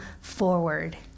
forward